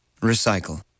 Recycle